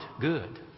good